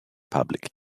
public